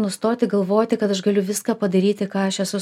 nustoti galvoti kad aš galiu viską padaryti ką aš esu